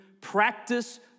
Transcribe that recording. practice